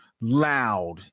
loud